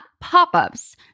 pop-ups